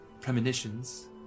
premonitions